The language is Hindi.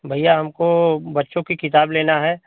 भैया हमको बच्चों की किताब लेना है